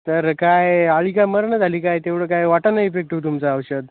तर काय अळी काय मरेना झाली काय तेवढं काय वाटत नाही इफेक्टीव्ह तुमचं औषध